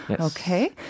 Okay